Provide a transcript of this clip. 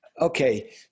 Okay